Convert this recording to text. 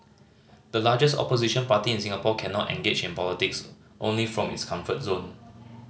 the largest opposition party in Singapore cannot engage in politics only from its comfort zone